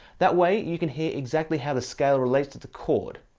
that way, you can hear exactly how the scale relates to the chord.